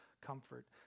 comfort